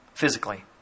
Physically